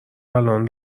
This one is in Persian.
الان